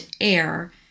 air